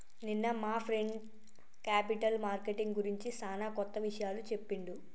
నిన్న మా friend capital marketing గురించి సానా కొత్త విషయాలు చెప్పిండు